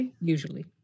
Usually